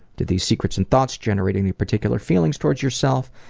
do these secrets and thoughts generate any particular feelings towards yourself?